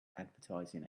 advertising